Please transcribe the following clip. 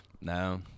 no